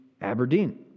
Aberdeen